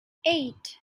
eight